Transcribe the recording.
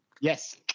Yes